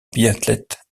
biathlète